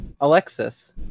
Alexis